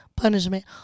punishment